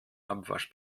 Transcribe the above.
abwasch